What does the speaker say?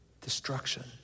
Destruction